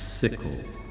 sickle